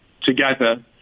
together